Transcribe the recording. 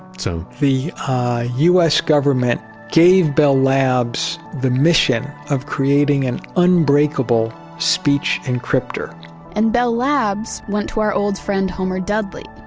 so, the us government gave bell labs the mission of creating an unbreakable speech encrypter and bell labs went to our old friend homer dudley,